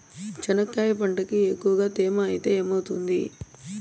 చెనక్కాయ పంటకి ఎక్కువగా తేమ ఐతే ఏమవుతుంది?